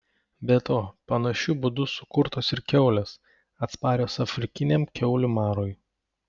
be to panašiu būdu sukurtos ir kiaulės atsparios afrikiniam kiaulių marui